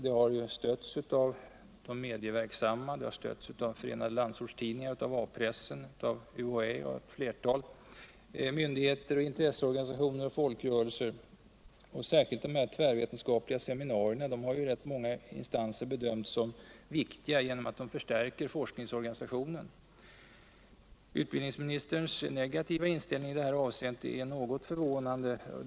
Det har således stötts av de medieverksamma, av Förenade landsortstidningar och A pressen, av UHÄ och av ett flertal myndigheter, intresseorganisationer och folkrörelser. Särskilt de tvärvetenskapliga seminarierna har många remissinstanser bedömt som mycket viktiga genom att de förstärker forskningsorganisationen. Utbildningsministerns negativa inställning i detta avseende är något förvånande.